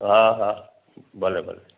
हा हा भले भले